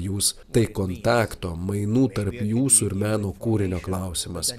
jūs tai kontakto mainų tarp jūsų ir meno kūrinio klausimas